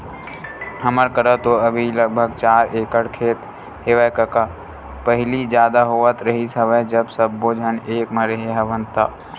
हमर करा तो अभी लगभग चार एकड़ खेत हेवय कका पहिली जादा होवत रिहिस हवय जब सब्बो झन एक म रेहे हवन ता